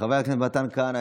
חבר הכנסת מתן כהנא,